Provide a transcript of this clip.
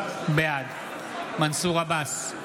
בעד מנסור עבאס,